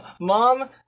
Mom